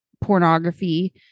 pornography